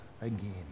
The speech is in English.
again